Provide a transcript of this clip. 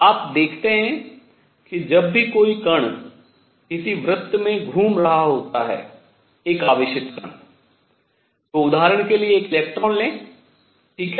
आप देखते हैं कि जब भी कोई कण किसी वृत्त में घूम रहा होता है एक आवेशित कण तो उदाहरण के लिए एक इलेक्ट्रॉन लें ठीक है